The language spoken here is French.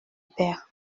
père